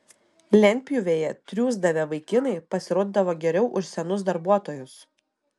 lentpjūvėje triūsdavę vaikinai pasirodydavo geriau už senus darbuotojus